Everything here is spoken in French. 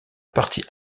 partie